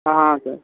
हाँ सर